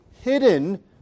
hidden